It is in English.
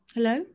Hello